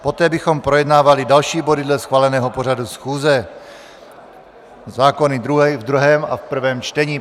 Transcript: Poté bychom projednávali další body dle schváleného pořadu schůze zákony v druhém a v prvém čtení.